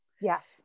yes